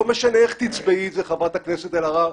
לא משנה איך תצבעי את זה, חברת הכנסת אלהרר,